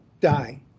die